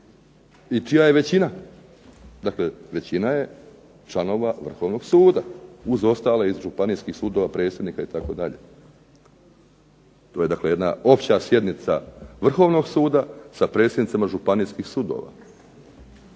i čija je većina, dakle većina je članova Vrhovnog suda, uz ostale iz županijskih sudova, predsjednika itd. To je dakle jedna opća sjednica Vrhovnog suda, sa predsjednicima županijskih sudova.